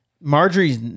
Marjorie's